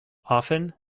often